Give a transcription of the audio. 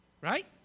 right